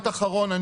אני